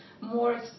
more